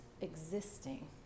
existing